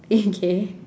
okay